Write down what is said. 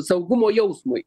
saugumo jausmui